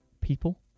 people